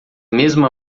mesma